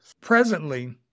Presently